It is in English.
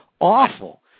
awful